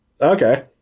Okay